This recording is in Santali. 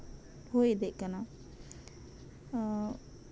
ᱦᱩᱭ ᱤᱫᱤᱜ ᱠᱟᱱᱟ